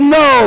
no